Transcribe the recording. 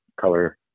color